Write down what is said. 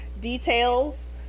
details